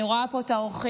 אני רואה פה את האורחים.